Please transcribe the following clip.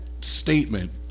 statement